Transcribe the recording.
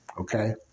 okay